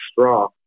straw